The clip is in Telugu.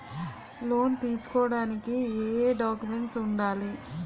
లోన్ తీసుకోడానికి ఏయే డాక్యుమెంట్స్ వుండాలి?